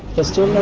mr.